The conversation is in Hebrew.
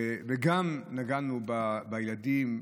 וגם נגענו בילדים,